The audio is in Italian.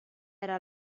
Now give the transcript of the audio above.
era